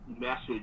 message